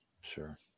sure